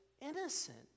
innocent